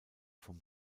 von